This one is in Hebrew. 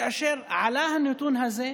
כאשר עלה הנתון הזה,